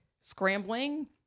scrambling